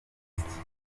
evariste